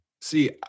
See